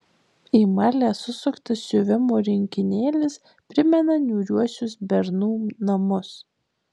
į marlę susuktas siuvimo rinkinėlis primena niūriuosius bernų namus